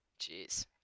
Jeez